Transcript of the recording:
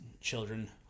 Children